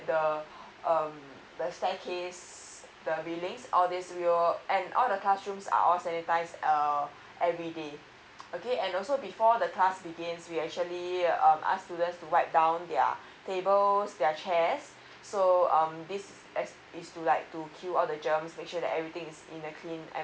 the um the staircase the railings all these rail and all the classrooms are all sanitise um everyday okay and also before the class begins we actually um ask students to wipe down their tables their chairs so um this is to like to kill all the germs make sure that everything is in a clean